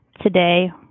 today